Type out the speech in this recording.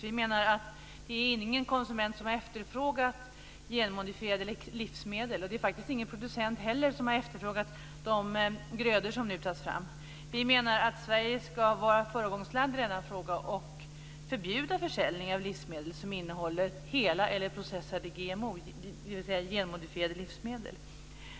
Vi menar att ingen konsument har efterfrågat genmodifierade livsmedel. Dessutom har faktiskt inte heller någon producent efterfrågat de grödor som nu tas fram. Vi menar att Sverige ska vara ett föregångsland i denna fråga och förbjuda försäljning av livsmedel som innehåller hela eller processade GMO:er, dvs. genmodifierade livsmedel.